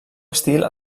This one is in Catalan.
estil